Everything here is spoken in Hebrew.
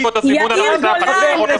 יש לי פה הזימון --- יאיר גולן,